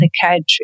Psychiatry